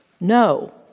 No